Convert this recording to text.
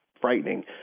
frightening